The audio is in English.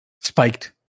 spiked